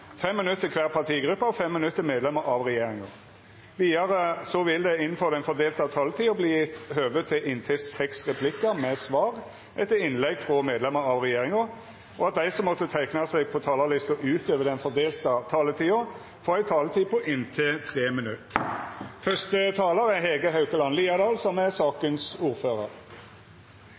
minutt til kvar partigruppe og 5 minutt til medlemmer av regjeringa. Vidare vil det – innanfor den fordelte taletida – verta gjeve høve til replikkordskifte med inntil seks replikkar med svar etter innlegg frå medlemmer av regjeringa, og dei som måtte teikna seg på talarlista utover den fordelte taletida, får ei taletid på inntil 3 minutt.